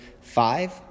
five